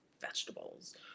vegetables